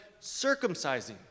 circumcising